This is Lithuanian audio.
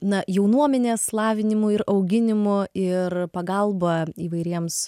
na jaunuomenės lavinimu ir auginimu ir pagalba įvairiems